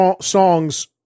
songs